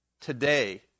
today